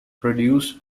produced